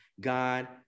God